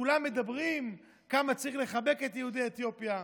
כולם מדברים כמה צריך לחבק את יהודי אתיופיה,